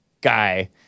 guy